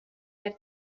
had